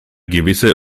gewisse